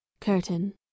Curtain